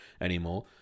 anymore